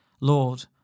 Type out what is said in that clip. Lord